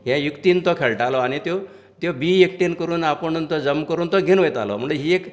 हे युक्तीन तो खेळटालो आनी त्यो त्यो बियो एकटेन करून आपूण तो जमा करून तो घेवन वयतालो म्हळ्यार ही एक